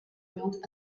built